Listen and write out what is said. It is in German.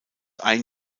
ein